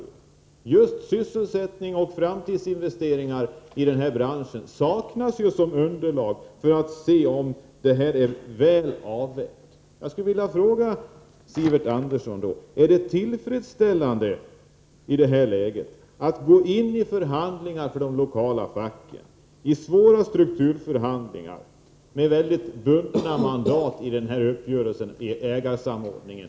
Just när det gäller sysselsättning och framtidsinvesteringar i branschen saknas det underlag för att man skall kunna bedöma om uppgörelsen är väl avvägd. Jag skulle vilja fråga Sivert Andersson: Är det i detta läge tillfredsställande att de lokala facken tvingas gå in i svåra strukturförhandlingar med mycket bundna mandat till följd av uppgörelsen om ägarsamordningen?